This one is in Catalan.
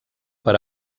per